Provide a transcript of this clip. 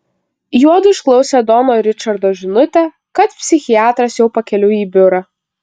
juodu išklausė dono ričardo žinutę kad psichiatras jau pakeliui į biurą